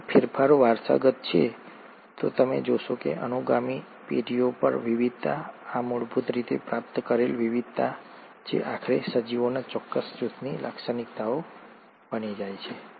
જો આ ફેરફારો વારસાગત છે તો તમે જોશો કે અનુગામી પેઢીઓ પર વિવિધતા આ મૂળ રીતે પ્રાપ્ત કરેલ વિવિધતા જે આખરે સજીવોના ચોક્કસ જૂથની લાક્ષણિકતા બની જાય છે